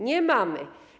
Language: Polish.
Nie mamy.